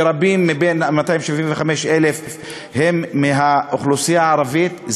ורבים מבין ה-257,000 הם מהאוכלוסייה הערבית.